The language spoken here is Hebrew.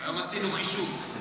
היום עשינו חישוב,